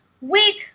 week